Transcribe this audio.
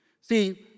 See